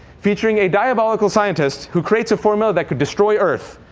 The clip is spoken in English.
featuring a diabolical scientist who creates a formula that could destroy earth.